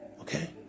Okay